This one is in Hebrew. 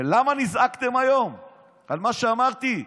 ולמה נזעקתם היום על מה שאמרתי?